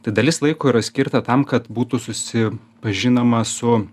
tai dalis laiko yra skirta tam kad būtų susipažinama su